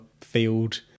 field